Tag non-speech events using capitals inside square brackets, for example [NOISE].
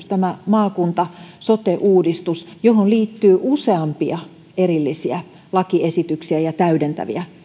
[UNINTELLIGIBLE] tämä maakunta sote uudistus on iso kokonaisuus johon liittyy useampia erillisiä lakiesityksiä ja täydentäviä